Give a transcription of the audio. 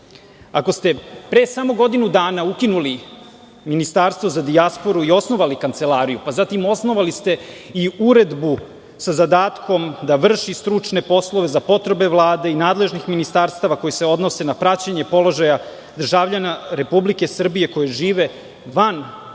Ako ste pre samo godinu dana ukinuli Ministarstvo za dijasporu i osnovali kancelariju, pa zatim osnovali ste i uredbu sa zadatkom da vrši stručne poslove za potrebe Vlade i nadležnih ministarstava koji se odnose na praćenje položaja državljana Republike Srbije, koji žive van